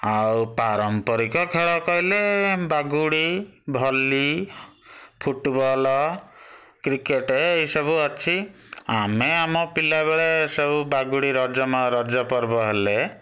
ଆଉ ପାରମ୍ପରିକ ଖେଳ କହିଲେ ବାଗୁଡ଼ି ଭଲି ଫୁଟବଲ୍ କ୍ରିକେଟ୍ ଏଇସବୁ ଅଛି ଆମେ ଆମ ପିଲାବେଳେ ସବୁ ବାଗୁଡ଼ି ରଜ ରଜପର୍ବ ହେଲେ